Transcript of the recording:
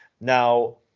Now